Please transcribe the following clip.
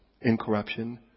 Incorruption